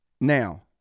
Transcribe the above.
now